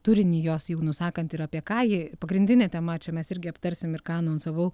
turinį jos jau nusakant ir apie ką ji pagrindinė tema čia mes irgi aptarsim ir ką anonsavau